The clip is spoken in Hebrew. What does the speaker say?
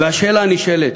והשאלה הנשאלת,